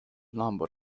number